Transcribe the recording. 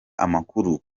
amakuru